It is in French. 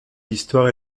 l’histoire